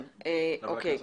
מה לעשות?